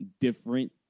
different